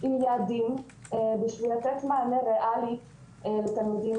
עם יעדים בשביל לתת מענה ריאלי לתלמידים